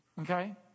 Okay